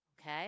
okay